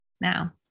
now